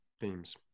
themes